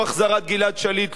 לא החזרת גלעד שליט,